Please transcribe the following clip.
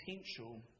potential